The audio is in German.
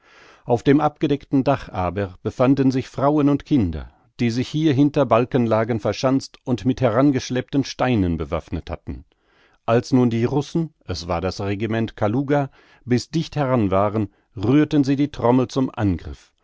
auf dem abgedeckten dach aber befanden sich frauen und kinder die sich hier hinter balkenlagen verschanzt und mit herangeschleppten steinen bewaffnet hatten als nun die russen es war das regiment kaluga bis dicht heran waren rührten sie die trommel zum angriff